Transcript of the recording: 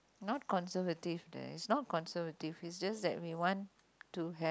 not conservative the it's not conservative it's just that we want to have